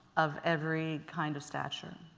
of every kind of stature.